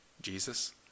Jesus